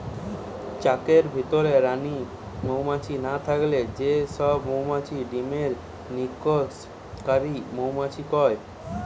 চাকের ভিতরে রানী মউমাছি না থাকলে যে সব মউমাছি ডিমের নিষেক কারি মউমাছি কয়